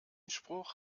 spruch